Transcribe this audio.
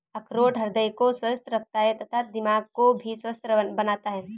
अखरोट हृदय को स्वस्थ रखता है तथा दिमाग को भी स्वस्थ बनाता है